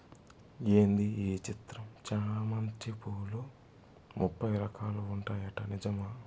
ఏంది ఈ చిత్రం చామంతి పూలు ముప్పై రకాలు ఉంటాయట నిజమా